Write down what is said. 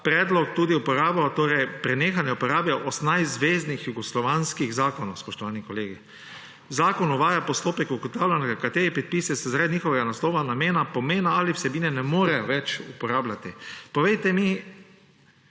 predlog določa tudi prenehanje uporabe 18 zveznih jugoslovanskih zakonov, spoštovani kolegi. Zakon uvaja postopek ugotavljanja, kateri predpisi se zaradi njihovega naslova, namena, pomena ali vsebine ne morejo več uporabljati. Povejte mi,